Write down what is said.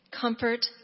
Comfort